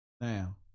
Now